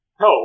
No